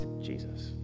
Jesus